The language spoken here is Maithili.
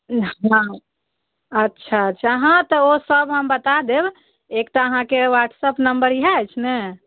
ने हँ अच्छा अच्छा हँ तऽ ओसब हम बता देब एकटा अहाँके वाट्सप नम्बर इहए अछि ने